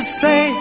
say